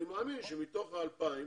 אני מאמין שמתוך ה-2,000